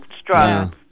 strong